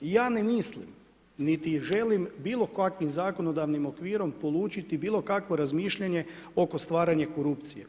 Ja ne mislim, niti želim bilo kakvim zakonodavnim okvirom, polučiti bilo kakvo razmišljanje oko stvaranje korupcije.